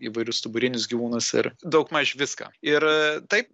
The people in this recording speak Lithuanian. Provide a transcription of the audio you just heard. įvairius stuburinis gyvūnas ir daugmaž viską ir tai